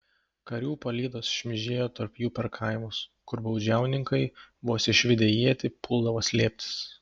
karių palydos šmižinėjo tarp jų per kaimus kur baudžiauninkai vos išvydę ietį puldavo slėptis